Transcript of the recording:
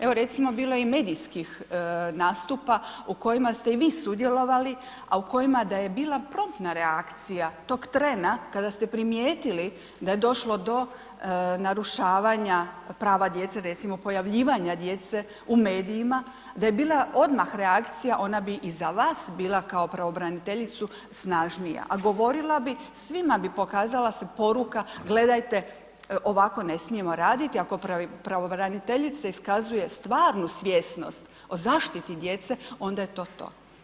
Evo recimo, bilo je i medijskih nastupa u kojima ste i vi sudjelovali, a u kojima da je bila promptna reakcija tog trena kada ste primijetili da je došlo do narušavanja prava djece, recimo pojavljivanja djece u medijima, da je bila odmah reakcija, ona bi i za vas bila kao pravobraniteljicu, snažnija, a govorila bi, svima bi pokazala se poruka, gledajte ovako ne smijemo raditi, ako pravobraniteljice iskazuje stvarnu svjesnost o zaštiti djece, onda je to to.